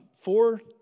four